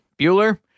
Bueller